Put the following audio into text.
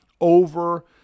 over